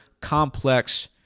complex